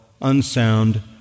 unsound